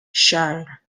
shire